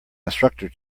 instructor